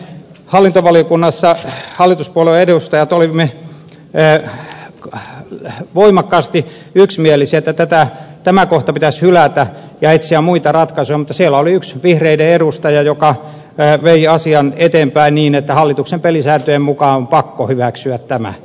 hallintovaliokunnassa me hallituspuolueen edustajat olimme voimakkaasti yksimielisiä että pitäisi hylätä tämä kohta ja etsiä muita ratkaisuja mutta siellä oli yksi vihreiden edustaja joka vei asian eteenpäin niin että hallituksen pelisääntöjen mukaan on pakko hyväksyä tämä